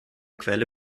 quelle